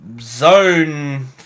Zone